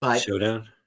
Showdown